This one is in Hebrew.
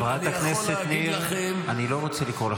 חברת הכנסת ניר, אני לא רוצה לקרוא אותך לסדר.